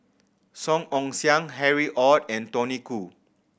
Song Ong Siang Harry Ord and Tony Khoo